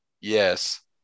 yes